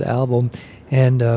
album.And